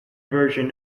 version